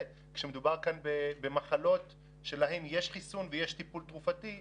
כשמדובר כאן במחלות שלהן יש חיסון ויש טיפול תרופתי,